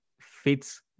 fits